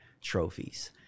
trophies